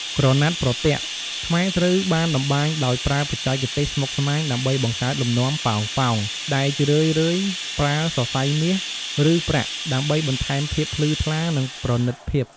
ក្រណាត់ប្រទាក់ ខ្មែរត្រូវបានតម្បាញដោយប្រើបច្ចេកទេសស្មុគស្មាញដើម្បីបង្កើតលំនាំប៉ោងៗ ដែលជារឿយៗប្រើ សរសៃមាស ឬប្រាក់ ដើម្បីបន្ថែមភាពភ្លឺថ្លា និងប្រណីតភាព។